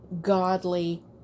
godly